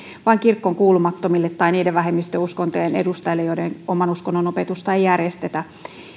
vain kirkkoon kuulumattomille tai niiden vähemmistöuskontojen edustajille joiden oman uskonnon opetusta ei järjestetä